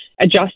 adjust